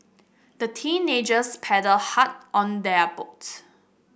the teenagers paddled hard on their boat